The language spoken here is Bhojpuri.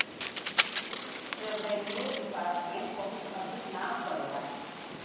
रेव्रेन्यू दिपार्ट्मेंट बहुते अधिक नाम करेला